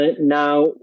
Now